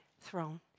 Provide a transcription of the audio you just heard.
throne